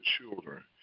children